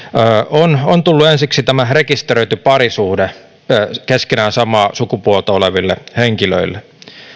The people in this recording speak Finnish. että on tullut ensiksi tämä rekisteröity parisuhde keskenään samaa sukupuolta oleville henkilöille